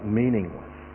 meaningless